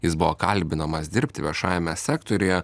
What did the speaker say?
jis buvo kalbinamas dirbti viešajame sektoriuje